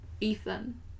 Ethan